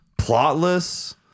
Plotless